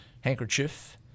handkerchief